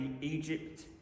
Egypt